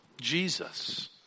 Jesus